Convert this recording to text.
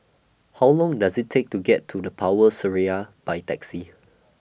How Long Does IT Take to get to The Power Seraya By Taxi